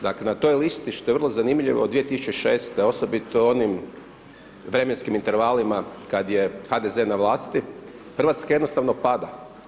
Dakle, na toj listi, što je vrlo zanimljivo, 2006. osobito onim vremenskim intervalima kad je HDZ na vlasti, Hrvatska jednostavno pada.